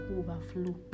overflow